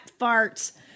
farts